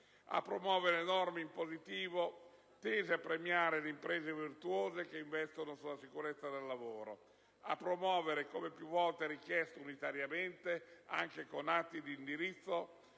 di promuovere norme in positivo, tese a premiare le imprese virtuose che investono nella sicurezza sul lavoro; di promuovere, come più volte richiesto unitariamente anche con atti di indirizzo